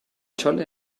chole